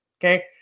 okay